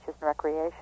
Recreation